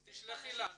אז תשלחי לנו.